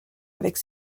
avec